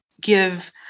give